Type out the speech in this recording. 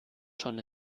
schon